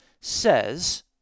says